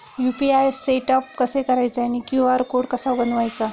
UPI setup कसे करायचे आणि क्यू.आर कोड कसा बनवायचा?